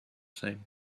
same